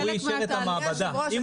הוא אישר את המעבדה.